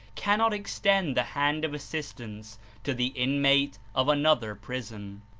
cannot extend the hand of assistance to the inmate of another prison,